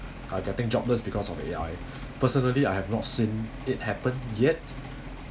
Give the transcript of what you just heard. are getting jobless because of A_I personally I have not seen it happen yet